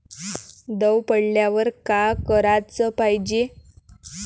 दव पडल्यावर का कराच पायजे?